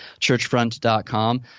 churchfront.com